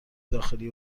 داخلی